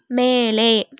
மேலே